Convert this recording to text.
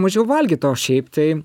mažiau valgyt o šiaip tai